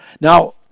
Now